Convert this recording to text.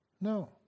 No